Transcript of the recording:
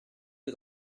que